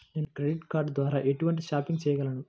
నేను credit card ద్వార ఎటువంటి షాపింగ్ చెయ్యగలను?